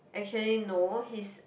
actually no his